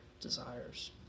desires